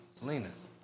Salinas